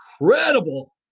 incredible